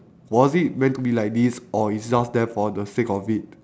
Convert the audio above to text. was it meant to be like this or it's just there for the sake of it